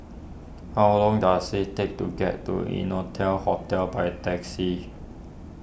how long does it take to get to Innotel Hotel by taxi